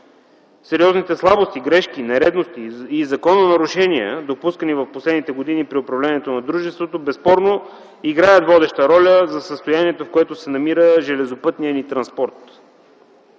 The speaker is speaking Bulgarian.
Сериозните слабости, грешки, нередности и закононарушения, допускани през последните години при управлението на дружеството, безспорно играят водеща роля за състоянието, в което се намира железопътният ни транспорт.